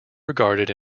regarded